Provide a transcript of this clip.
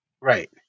Right